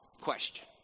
question